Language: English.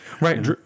Right